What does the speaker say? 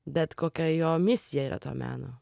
bet kokia jo misija yra to meno